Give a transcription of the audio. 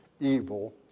evil